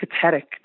pathetic